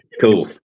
cool